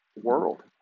world